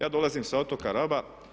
Ja dolazim sa otoka Raba.